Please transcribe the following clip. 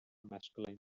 masculine